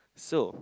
so